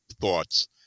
thoughts